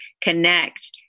connect